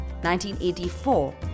1984